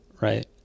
right